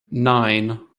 nine